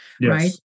right